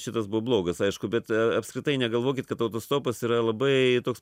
šitas buvo blogas aišku bet apskritai negalvokit kad autostopas yra labai toks